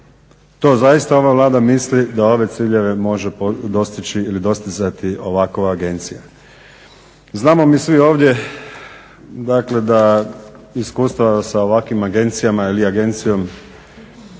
to zaista ova Vlada misli da ove ciljeve može dostići ili dostizati ovakva agencija. Znamo mi svi ovdje dakle da iskustvo sa ovakvim agencijama ili agencijom